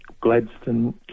Gladstone